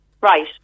Right